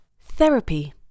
Therapy